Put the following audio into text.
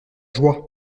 joie